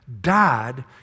died